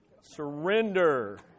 Surrender